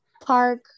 Park